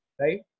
right